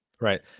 right